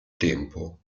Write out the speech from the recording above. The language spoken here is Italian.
tempo